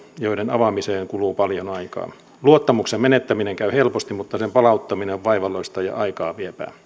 joiden avaamiseen kuluu paljon aikaa luottamuksen menettäminen käy helposti mutta sen palauttaminen on vaivalloista ja aikaa vievää